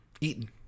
Eaten